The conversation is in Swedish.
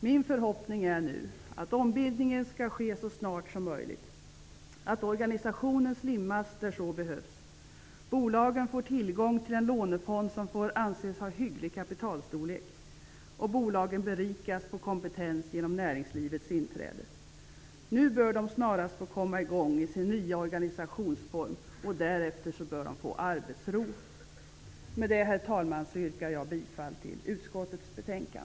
Min förhoppning är att ombildningen skall ske så snart som möjligt, att organisationen ''slimmas'' där så behövs, att bolagen får tillgång till en lånefond som får anses ha hygglig kapitalstorlek och att bolagen berikas på kompetens genom näringslivets inträde. Nu bör de snarast få komma i gång i sin nya organisationsform, och därefter bör de få arbetsro. Herr talman! Med detta yrkar jag bifall till utskottets hemställan.